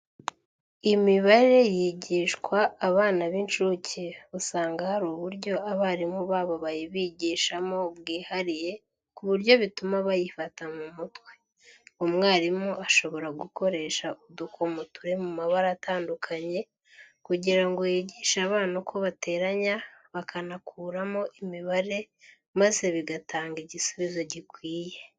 Imibare yigishwa abana b'inshuke usanga hari uburyo abarimu babo bayibigishamo bwihariye ku buryo bituma bayifata mu mutwe. Umwarimu ashobora gukoresha udukomo turi mu mabara atandukanye kugira ngo yigishe abana uko bateranya bakanakuramo imibare maze bigatanga igisubizo gikwiye.